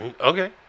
Okay